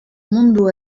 mundu